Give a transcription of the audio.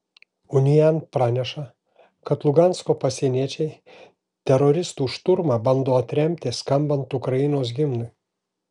unian praneša kad lugansko pasieniečiai teroristų šturmą bando atremti skambant ukrainos himnui